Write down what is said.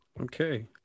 Okay